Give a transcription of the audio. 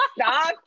stop